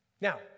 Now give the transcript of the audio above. Now